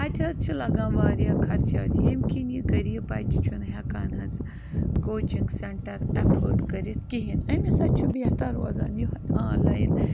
اَتہِ حظ چھِ لگان واریاہ خرچات ییٚمہِ کِنۍ یہِ غرب بَچہٕ چھُنہٕ ہٮ۪کان حظ کوچِنٛگ سینٹر اٮ۪فٲٹ کٔرِتھ کِہیٖنۍ أمِس حظ چھُ بہتر روزان یِہوٚے آنلایِن